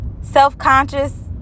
self-conscious